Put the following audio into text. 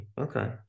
Okay